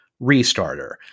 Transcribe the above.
restarter